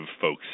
folks